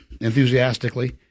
enthusiastically